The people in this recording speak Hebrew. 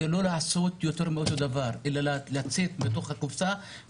הוא לא לעשות יותר מאותו דבר אלא לצאת מתוך הקופסה,